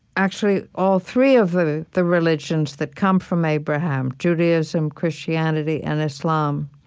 actually, all three of the the religions that come from abraham judaism, christianity, and islam